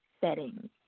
settings